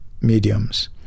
mediums